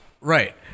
Right